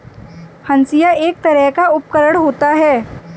हंसिआ एक तरह का उपकरण होता है